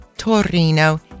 torino